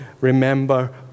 remember